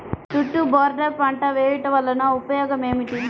చుట్టూ బోర్డర్ పంట వేయుట వలన ఉపయోగం ఏమిటి?